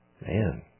Man